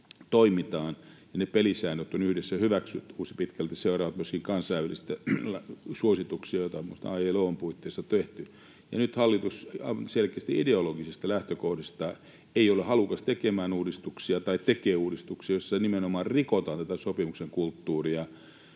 toimitaan. Ja ne pelisäännöt on yhdessä hyväksytty. Pitkälti ne seuraavat myöskin kansainvälisiä suosituksia, joita on muun muassa ILO:n puitteissa tehty. Ja nyt hallitus selkeästi ideologisista lähtökohdista ei ole halukas tekemään uudistuksia tai tekee uudistuksia, joissa nimenomaan rikotaan tätä sopimisen kulttuuria.